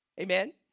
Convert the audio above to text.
Amen